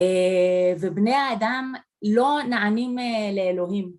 ובני האדם לא נענים לאלוהים.